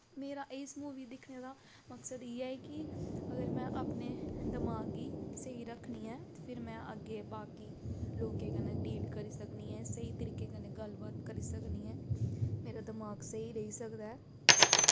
मेरा इस मूवी दिक्खने दा मकसद इयै ऐ कि अगर मैं अपने दमाग गी स्हेई रक्खनी ऐं ते फिर मैं अग्गे बाकि लोकें कन्नै डील करी सकनी ऐं स्हेई तरीके कन्नै गल्ल बात करी सकनी ऐं मेरा दमाक स्हेई रेही सकदा ऐ